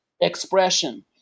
expression